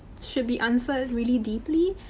should be answered really deeply,